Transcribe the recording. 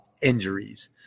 injuries